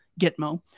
Gitmo